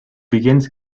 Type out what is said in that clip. begins